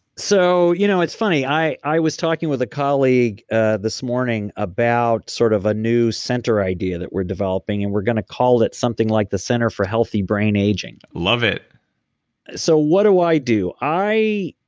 so you know it's funny. i i was talking with a colleague ah this morning about sort of a new center idea that we're developing and we're gonna call it something like the center for healthy brain aging love it so what do i do? i,